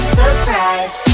surprise